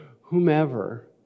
whomever